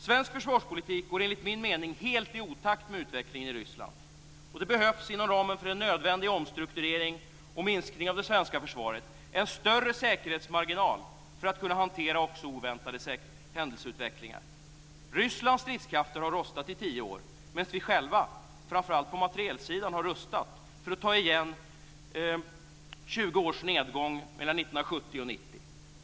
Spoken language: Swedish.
Svensk försvarspolitik går enligt min mening helt i otakt med utvecklingen i Ryssland. Det behövs - inom ramen för en nödvändig omstrukturering och minskning av det svenska försvaret - en större säkerhetsmarginal för att kunna hantera också oväntade händelseutvecklingar. Rysslands stridskrafter har rostat i tio år, medan vi själva, framför allt på materielsidan, har rustat för att ta igen 20 års nedgång mellan 1970 och 1990.